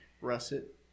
russet